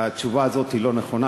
התשובה הזאת היא לא נכונה,